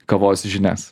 kavos žinias